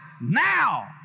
now